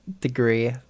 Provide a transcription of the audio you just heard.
degree